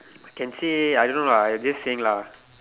I can say I don't know lah I just saying lah